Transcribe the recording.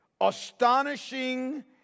astonishing